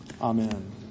Amen